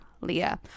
Leah